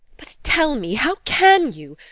but tell me, how can you,